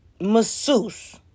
masseuse